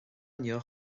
inniu